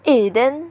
eh then